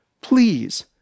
Please